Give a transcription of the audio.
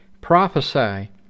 Prophesy